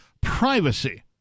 privacy